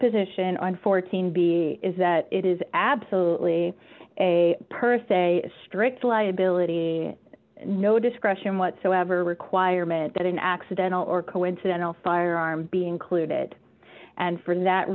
position on fourteen b is that it is absolutely a per se strict liability no discretion whatsoever requirement that an accidental or coincidental firearm be included and for that